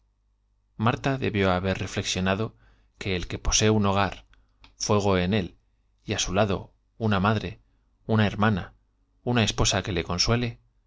marta debió haber refle busca de aventuras y presa hogar fuego en él y á xionado que el que posee un su lado una madre una hermana una esposa qe le consuele